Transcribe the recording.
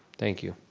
thank you.